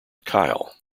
kyle